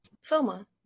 Soma